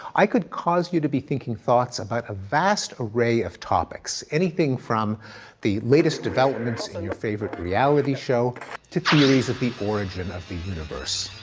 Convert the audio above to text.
i could cause you to be thinking thoughts about a vast array of topics, anything from the latest developments in your favorite reality show to theories of the origin of the universe.